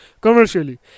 commercially